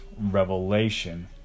revelation